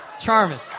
Charming